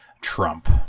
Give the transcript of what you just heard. trump